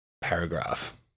paragraph